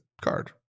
card